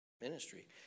ministry